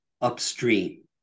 upstream